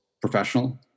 professional